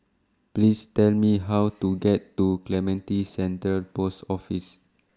Please Tell Me How to get to Clementi Central Post Office